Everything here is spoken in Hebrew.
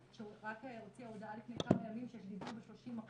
שרק הוציאה הודעה לפני כמה ימים שיש גידול ב-30%,